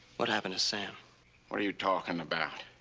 what happened to sam? what are you talking about?